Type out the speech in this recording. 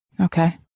Okay